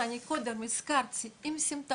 שכמו שאני קודם הזכרתי זו עיר עם סמטאות